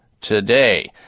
today